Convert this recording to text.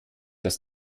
das